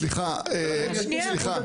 סליחה, סליחה.